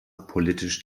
politisch